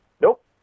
Nope